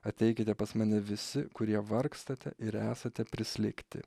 ateikite pas mane visi kurie vargstate ir esate prislėgti